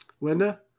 Linda